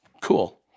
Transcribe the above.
cool